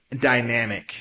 dynamic